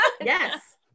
yes